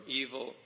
evil